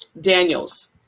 Daniels